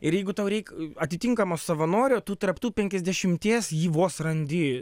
ir jeigu tau reik atitinkamo savanorio tu tarp tų penkiasdešimties jį vos randi